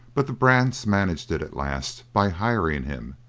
but the brants managed it at last by hiring him,